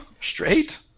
straight